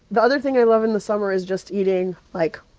the other thing i love in the summer is just eating, like,